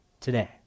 today